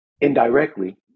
indirectly